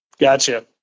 Gotcha